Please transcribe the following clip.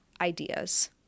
ideas